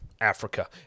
Africa